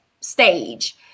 stage